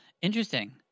Interesting